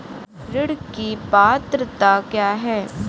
ऋण की पात्रता क्या है?